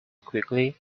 quickly